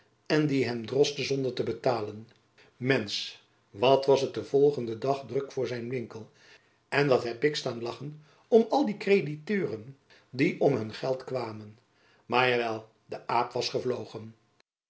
en die hein droste zonder te betailen mensch wat was het den volgenden dag druk voor zijn winkel en wat heb ik stain lachen om al die kreiditeuiren die om hun geld kwaimen mair ja wel de aip was evlogen